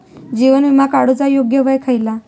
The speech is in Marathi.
जीवन विमा काडूचा योग्य वय खयला?